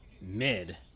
mid